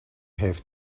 have